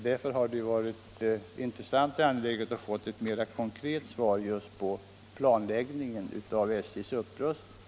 Därför hade det varit angeläget med ett mer konkret svar beträffande planläggningen av SJ:s upprustning.